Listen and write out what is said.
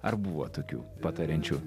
ar buvo tokių patariančių